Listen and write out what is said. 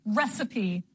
recipe